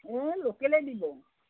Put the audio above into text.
এই লোকেলেই দিব